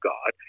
God